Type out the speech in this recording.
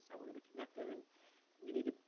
how we're gonna connect it. and we need to,